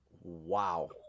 Wow